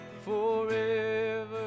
forever